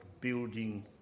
building